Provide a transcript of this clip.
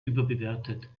überbewertet